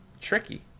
Tricky